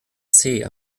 zeh